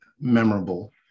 memorable